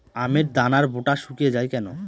আমের দানার বোঁটা শুকিয়ে য়ায় কেন?